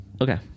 Okay